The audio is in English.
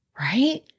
Right